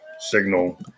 signal